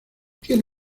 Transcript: tiene